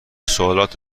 سوالات